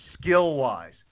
Skill-wise